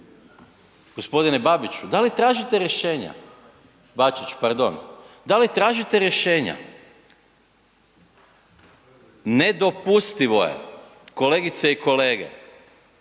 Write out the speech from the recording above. G. Bačiću da li tražite rješenja? Da li tražite rješenja? Nedopustivo je kolegice i kolege